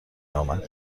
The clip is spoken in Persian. امد